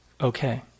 Okay